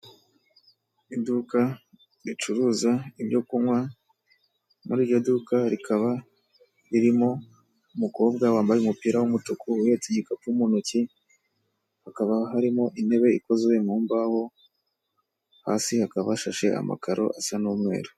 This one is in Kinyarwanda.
Iduka ricuruza ibyo kunywa, muri iryo duka rikaba ririmo umukobwa wambaye umupira w'umutuku uhetse igikapu mu ntoki, hakaba harimo intebe ikozwe mu mbaho, hasi hakaba hashashe amakaro asa n'umweru.